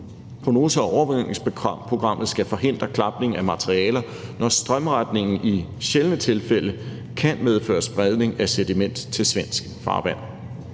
Prognose- og overvågningsprogrammet skal forhindre klapning af materialer, når strømretningen i sjældne tilfælde kan medføre spredning af sediment til svensk farvand.